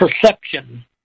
perception